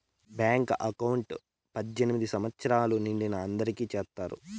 bank account పద్దెనిమిది సంవచ్చరాలు నిండిన అందరికి చేత్తారు